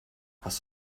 hast